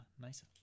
nice